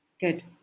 Good